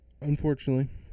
Unfortunately